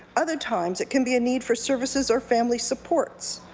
other times it can be a need for services or family supports.